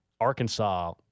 Arkansas